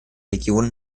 regionen